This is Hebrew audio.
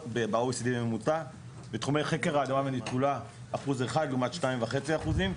ב-OECD; בתחומי חקר האדמה וניצולה אחוז אחד לעומת 2.5 אחוזים,